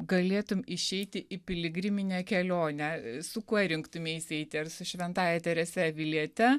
galėtum išeiti į piligriminę kelionę su kuo rinktumeisi eiti ar su šventąja terese aviliete